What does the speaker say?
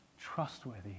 trustworthy